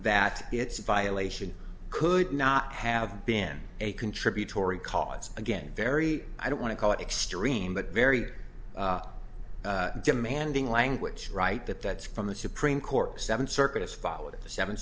that its violation could not have been a contributory cause again very i don't want to call it extreme but very demanding language right that that's from the supreme court seven circuits followed the seven